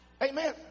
Amen